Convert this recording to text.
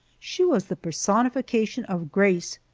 she was the personification of grace,